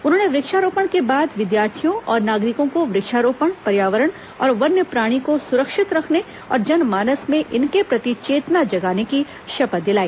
उन्होंने वृक्षारोपण के बाद विद्यार्थियों और नागरिकों को वृक्षारोपण पर्यावरण और वन्यप्राणी को सुरक्षित रखने और जनमानस में इनके प्रति चेतना जगाने की शपथ दिलाई